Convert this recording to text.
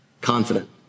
confident